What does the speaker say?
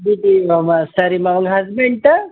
பிபிஏவாமா சரிமா உங்கள் ஹஸ்பண்ட்டு